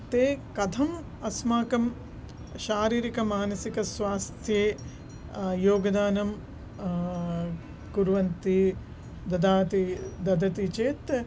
ते कथम् अस्माकं शारीरकमानसिक स्वास्थ्ये योगदानं कुर्वन्ति ददति ददति चेत्